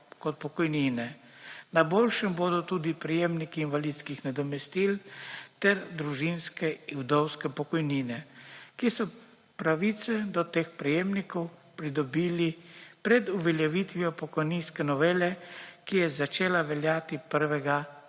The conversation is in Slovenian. Na boljšem bodo tudi prejemniki invalidskih nadomestil ter družinske in vdovske pokojnine, ki so pravice do teh prejemnikov pridobili pred uveljavitvijo pokojninske novele, ki je začela veljati 1. maja